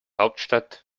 hauptstadt